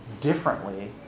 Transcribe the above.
differently